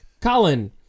Colin